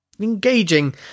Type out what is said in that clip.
engaging